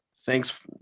Thanks